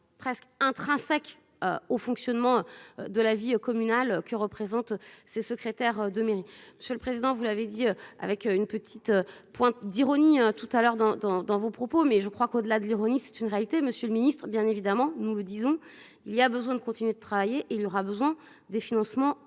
presque intrinsèques au fonctionnement de la vie communale qui représente ses secrétaire de mairie sur le président, vous l'avez dit, avec une petite pointe d'ironie tout à l'heure dans dans dans vos propos mais je crois qu'au-delà de l'ironie, c'est une réalité. Monsieur le Ministre, bien évidemment, nous le disons il y a besoin de continuer de travailler, il aura besoin des financements